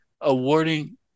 awarding